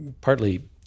partly